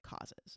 causes